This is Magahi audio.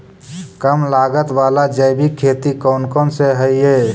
कम लागत वाला जैविक खेती कौन कौन से हईय्य?